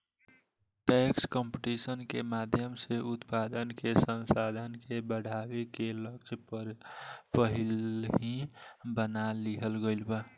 tax competition के माध्यम से उत्पादन के संसाधन के बढ़ावे के लक्ष्य पहिलही बना लिहल गइल बा